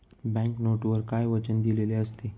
Bank नोटवर काय वचन दिलेले असते?